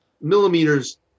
millimeters –